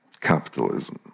capitalism